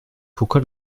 pourquoi